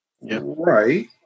Right